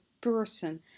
person